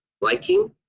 liking